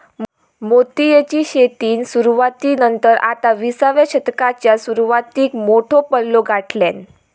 मोतीयेची शेतीन सुरवाती नंतर आता विसाव्या शतकाच्या सुरवातीक मोठो पल्लो गाठल्यान